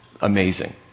amazing